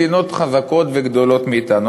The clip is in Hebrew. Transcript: מדינות חזקות וגדולות מאתנו.